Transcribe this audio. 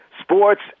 Sports